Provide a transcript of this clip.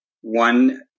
one